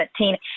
2017